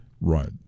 Right